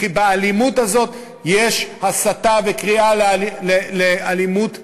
כי באלימות הזאת יש הסתה וקריאה לאלימות פיזית.